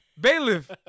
bailiff